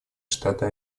штаты